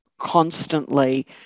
constantly